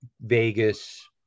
Vegas